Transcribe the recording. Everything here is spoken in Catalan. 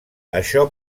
això